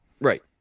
Right